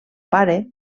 pare